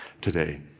today